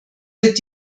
wird